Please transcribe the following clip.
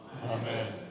Amen